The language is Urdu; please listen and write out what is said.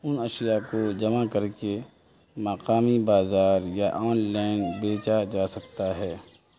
ان اشیاء کو جمع کر کے مقامی بازار یا آن لائن بیچا جا سکتا ہے